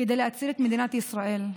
כדי להציל את מדינת ישראל.